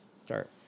start